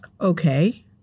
Okay